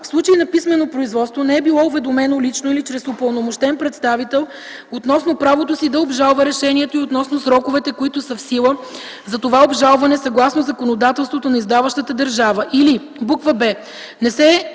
в случай на писмено производство не е било уведомено лично или чрез упълномощен представител относно правото си да обжалва решението и относно сроковете, които са в сила за това обжалване съгласно законодателството на издаващата държава,